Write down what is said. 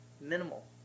minimal